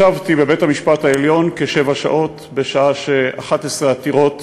ישבתי בבית-המשפט העליון כשבע שעות בשעה ש-11 עתירות